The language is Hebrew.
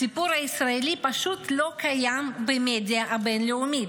הסיפור הישראלי פשוט לא קיים במדיה הבין-לאומית.